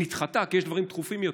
היא נדחתה, כי יש דברים דחופים יותר.